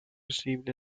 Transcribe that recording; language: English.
received